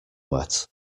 wet